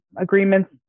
agreements